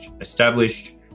established